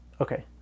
Okay